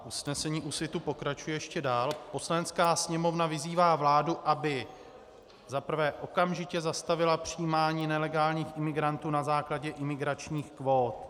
Usnesení Úsvitu pokračuje ještě dál: Poslanecká sněmovna vyzývá vládu, aby za prvé okamžitě zastavila přijímání nelegálních imigrantů na základě imigračních kvót.